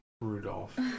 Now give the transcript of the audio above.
Rudolph